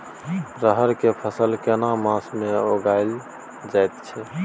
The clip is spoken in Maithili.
रहर के फसल केना मास में उगायल जायत छै?